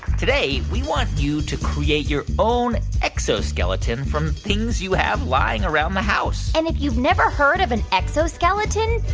today we want you to create your own exoskeleton from things you have lying around the house and if you've never heard of an exoskeleton,